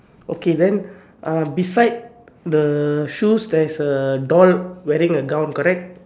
okay then uh beside the shoes theres a doll wearing a gown correct